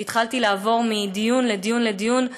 התחלתי לעבור מדיון לדיון לדיון,